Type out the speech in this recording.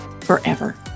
forever